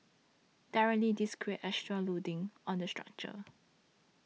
directly this creates extra loading on the structure